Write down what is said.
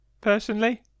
personally